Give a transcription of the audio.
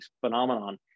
phenomenon